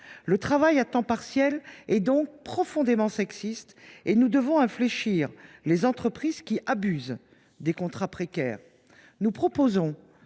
Le travail à temps partiel est donc profondément sexiste ; nous devons infléchir les pratiques des entreprises qui abusent des contrats précaires. Nous proposons